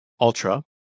ultra